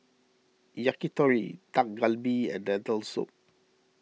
Yakitori Dak Galbi and Lentil Soup